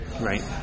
Right